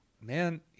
Man